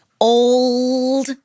old